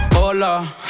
Hola